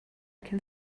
can